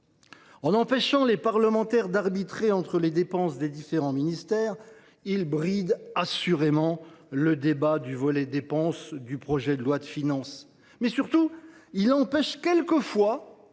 En empêchant les parlementaires d’arbitrer entre les dépenses des différents ministères, il bride assurément le débat sur le volet relatif aux dépenses du projet de loi de finances. Surtout, il empêche quelquefois